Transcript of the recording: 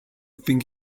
think